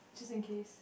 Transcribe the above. just in case